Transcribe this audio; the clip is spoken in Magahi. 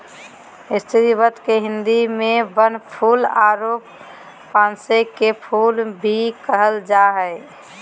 स्रीवत के हिंदी में बनफूल आरो पांसे के फुल भी कहल जा हइ